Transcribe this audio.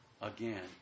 again